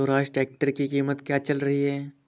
Swaraj tractor की कीमत क्या चल रही है?